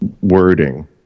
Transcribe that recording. wording